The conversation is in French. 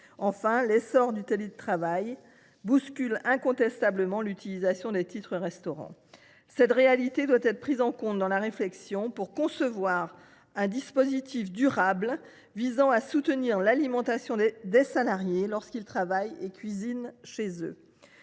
Enfin, l’essor du télétravail bouscule incontestablement l’utilisation des titres restaurant. Cette réalité doit être prise en compte dans la réflexion pour concevoir un dispositif durable visant à soutenir l’alimentation des salariés lorsqu’ils travaillent et cuisinent chez eux.